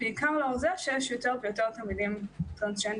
בעיקר לאור זה שיש יותר ויותר תלמידים טרנסג'נדרים.